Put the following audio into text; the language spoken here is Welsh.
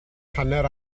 hanner